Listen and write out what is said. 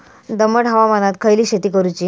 दमट हवामानात खयली शेती करूची?